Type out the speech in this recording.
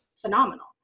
phenomenal